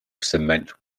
cement